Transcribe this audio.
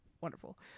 wonderful